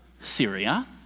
Syria